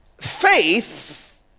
faith